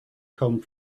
come